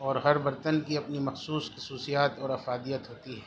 اور ہر برتن کی اپنی مخصوص خصوصیات اور افادیت ہوتی ہے